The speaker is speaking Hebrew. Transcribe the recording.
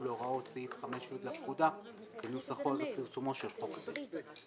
יחולו הוראות סעיף 5י לפקודה כנוסחו ופרסומו של חוק זה.